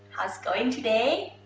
going today?